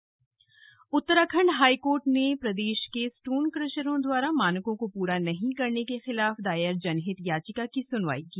high court store crusher Uttarakhand high court ने प्रदेश के स्टोन क्रेशरों द्वारा मानकों को पूरा नहीं करने के खिलाफ दायर जनहित याचिका की सुनवाई की